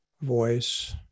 voice